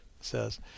says